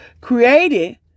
created